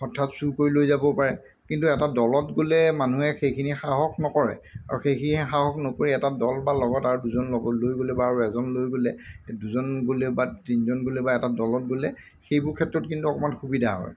হঠাৎ চুৰ কৰি লৈ যাবও পাৰে কিন্তু এটা দলত গ'লে মানুহে সেইখিনি সাহস নকৰে আৰু সেইখিনি সাহস নকৰি এটা দল বা লগত আৰু দুজন লগত লৈ গ'লে বা আৰু এজন লৈ গ'লে দুজন গ'লেও বা তিনিজন গ'লেও বা এটা দলত গ'লে সেইবোৰ ক্ষেত্ৰত কিন্তু অকণমান সুবিধা হয়